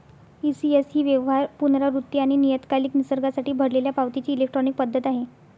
ECS ही व्यवहार, पुनरावृत्ती आणि नियतकालिक निसर्गासाठी भरलेल्या पावतीची इलेक्ट्रॉनिक पद्धत आहे